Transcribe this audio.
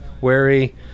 Wary